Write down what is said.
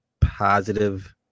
positive